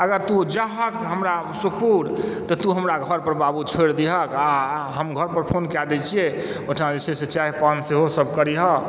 अगर तु जाहहक हमरा सुखपुर तऽ तू हमरा घर पर बाबू छोड़ि दीह आ हम घर पर फोन कए दय छियै ओहिठाम जे छै से चाय पान सेहोसभ करियह